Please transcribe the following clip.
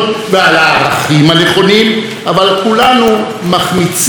אבל כולנו מחמיצים את הלקח המר: